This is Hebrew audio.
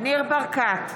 ניר ברקת,